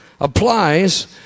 applies